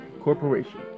Corporation